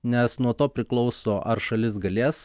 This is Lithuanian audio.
nes nuo to priklauso ar šalis galės